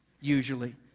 usually